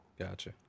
Gotcha